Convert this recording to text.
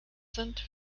sind